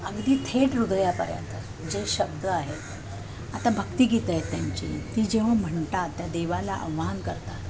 अगदी थेट ह्रदयापर्यंत जे शब्द आहेत आता भक्तिगीत आहे त्यांची ती जेव्हा म्हणतात त्या देवाला आवाहन करतात